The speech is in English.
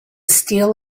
steel